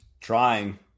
Trying